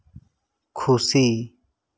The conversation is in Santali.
ᱠᱷᱩᱥᱤ